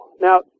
Now